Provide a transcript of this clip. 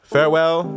Farewell